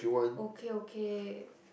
okay okay